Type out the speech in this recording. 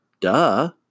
duh